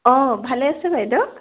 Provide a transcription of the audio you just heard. অঁ ভালে আছে বাইদেউ